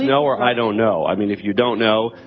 no, or i don't know! i mean, if you don't know,